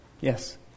yes